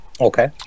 Okay